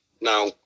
now